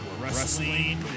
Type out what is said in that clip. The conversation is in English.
wrestling